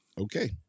Okay